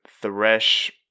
Thresh